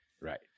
Right